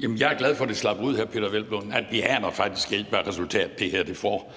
sige til hr. Peder Hvelplund, at vi faktisk ikke aner, hvad resultat det her får.